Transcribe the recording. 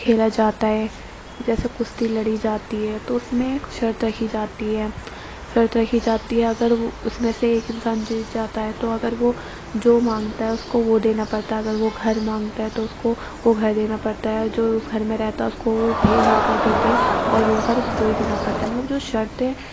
کھیلا جاتا ہے جیسے کشتی لڑی جاتی ہے تو اس میں ایک شرط رکھی جاتی ہے شرط رکھی جاتی ہے اگر اس میں سے ایک انسان جیت جاتا ہے تو اگر وہ جو مانگتا ہے اس کو وہ دینا پڑتا ہے اگر وہ گھر مانگتا ہے تو اس کو وہ گھر دینا پڑتا ہے جو اس گھر میں رہتا ہے وہ بے گھر کر دیتے ہیں اور وہ گھر اس کو ہی دینا پڑتا ہے مطلب جو شرطیں